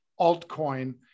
altcoin